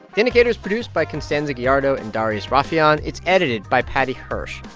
indicator is produced by constanza gallardo and darius rafieyan. it's edited by paddy hirsch.